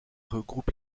regroupe